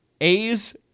A's